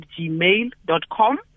gmail.com